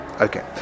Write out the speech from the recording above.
Okay